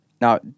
Now